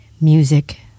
Music